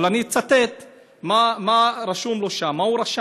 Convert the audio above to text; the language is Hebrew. אבל אני אצטט מה הוא כתב: